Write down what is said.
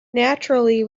naturally